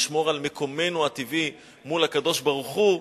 ונשמור על מקומנו הטבעי מול הקדוש-ברוך-הוא,